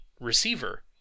receiver